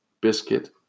biscuit